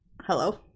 Hello